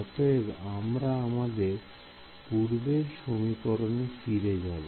অতএব আমরা আমাদের পূর্বের সমীকরণে ফিরে যাব